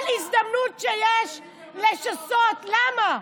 כל הזדמנות שיש לשסות, למה?